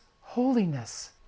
holiness